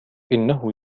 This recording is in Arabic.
إنه